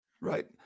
Right